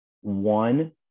one